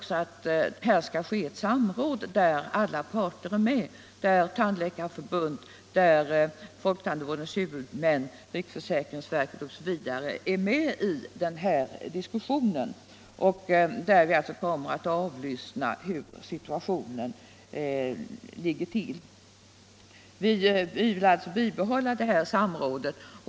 skall det ske i ett samråd där alla parter — tandläkarförbund, folktandvårdens huvudmin, riksförsäkringsverket osv. — är med så att vi kan avlyssna hur situationen ligger till. Vi vill alltså bibehålla detta samråd.